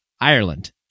ireland